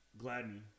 Gladney